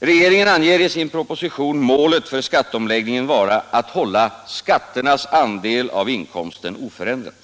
Regeringen anger i sin proposition målet för skatteomläggningen vara att hålla skatternas andel av inkomsten oförändrad.